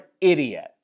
idiot